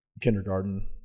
Kindergarten